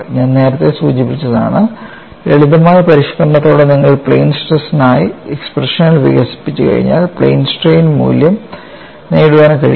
ഞാൻ നേരത്തെ സൂചിപ്പിച്ചതാണ് ലളിതമായ പരിഷ്ക്കരണത്തോടെ നിങ്ങൾ പ്ലെയിൻ സ്ട്രെസ്നായി എക്സ്പ്രഷനുകൾ വികസിപ്പിച്ചുകഴിഞ്ഞാൽ പ്ലെയിൻ സ്ട്രെയിൻ മൂല്യം നേടാൻ കഴിയും